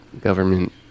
government